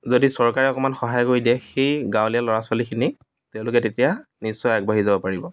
যদি চৰকাৰে অকণমান সহায় কৰি দিয়ে সেই গাঁৱলীয়া ল'ৰা ছোৱালীখিনিক তেওঁলোকে তেতিয়া নিশ্চয় আগবাঢ়ি যাব পাৰিব